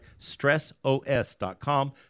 stressos.com